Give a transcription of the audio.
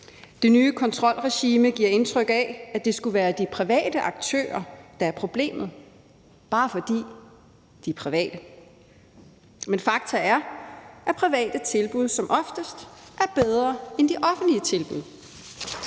Det nye kontrolregime giver indtryk af, at det skulle være de private aktører, der er problemet, bare fordi de er private. Men fakta er, at private tilbud som oftest er bedre end de offentlige tilbud.